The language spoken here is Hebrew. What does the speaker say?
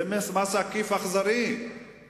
הסתייגויותינו מהתקציב,